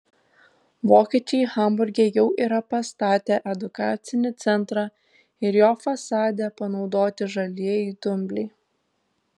vokiečiai hamburge jau yra pastatę edukacinį centrą ir jo fasade panaudoti žalieji dumbliai